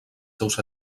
seus